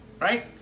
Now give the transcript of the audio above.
right